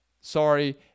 Sorry